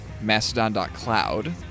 Mastodon.cloud